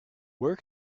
where